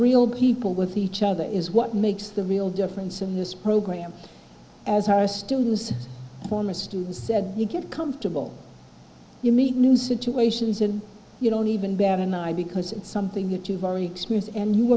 real people with each other is what makes the real difference in this program as are still those former students said you get comfortable you meet new situations and you don't even bat an eye because it's something that you've already experience and you